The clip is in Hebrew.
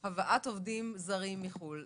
נגד הבאת עובדים זרים מחו"ל.